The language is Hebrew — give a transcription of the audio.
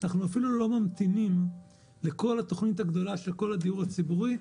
אנחנו אפילו לא ממתינים לכל התוכנית הגדולה של כל הדיור הציבורי.